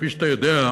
כפי שאתה יודע,